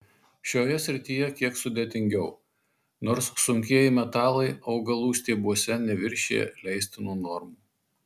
šioje srityje kiek sudėtingiau nors sunkieji metalai augalų stiebuose neviršija leistinų normų